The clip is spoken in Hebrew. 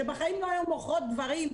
שבחיים לא היו מוכרות דברים.